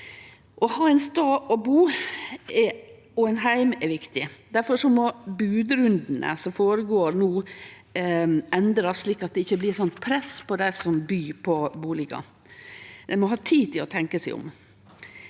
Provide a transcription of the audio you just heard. Å ha ein stad å bu og ein heim er viktig. Difor må bodrundane som føregår no, endrast slik at det ikkje blir sånt press på dei som byr på bustadar. Ein må ha tid til å tenkje seg om.